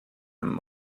him